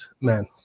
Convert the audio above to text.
man